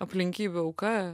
aplinkybių auka